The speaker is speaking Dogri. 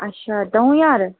अच्छा दो ज्हार